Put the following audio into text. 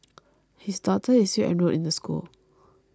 his daughter is still enrolled in the school